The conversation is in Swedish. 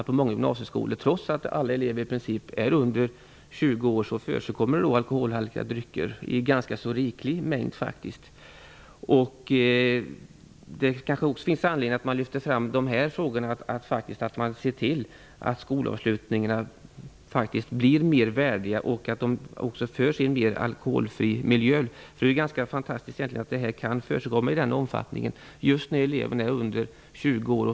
På många gymnasieskolor förekommer alkoholdrycker i ganska riklig mängd, trots att i princip alla elever är under 20 år. Det finns kanske anledning att lyfta fram behovet av att se till att skolavslutningarna blir värdigare och även att de genomförs i en miljö med mindre av alkoholinslag. Det är ganska fantastiskt att sådana kan förekomma i sådan omfattning även bland elever som är under 20 år.